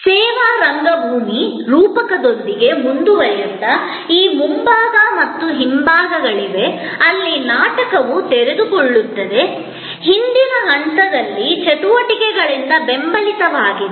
ಸೇವಾ ರಂಗಭೂಮಿ ರೂಪಕದೊಂದಿಗೆ ಮುಂದುವರಿಯುತ್ತಾ ಈ ಮುಂಭಾಗ ಮತ್ತು ಹಿಂಭಾಗಗಳಿವೆ ಅಲ್ಲಿ ನಾಟಕವು ತೆರೆದುಕೊಳ್ಳುತ್ತದೆ ಹಿಂದಿನ ಹಂತದಲ್ಲಿ ಚಟುವಟಿಕೆಗಳಿಂದ ಬೆಂಬಲಿತವಾಗಿದೆ